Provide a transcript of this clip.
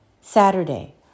Saturday